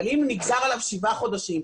אבל אם נגזרו עליו שבעה חודשים,